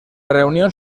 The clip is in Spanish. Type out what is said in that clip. reunión